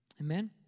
amen